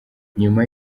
nyuma